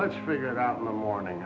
let's figure it out in the morning